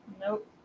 Nope